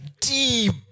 deep